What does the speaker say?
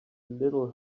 little